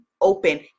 open